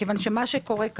מה שקורה הוא,